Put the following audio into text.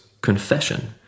confession